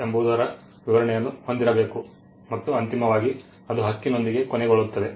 ಎಂಬುದರ ವಿವರಣೆಯನ್ನು ಹೊಂದಿರಬೇಕು ಮತ್ತು ಅಂತಿಮವಾಗಿ ಅದು ಹಕ್ಕಿನೊಂದಿಗೆ ಕೊನೆಗೊಳ್ಳುತ್ತದೆ